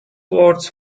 words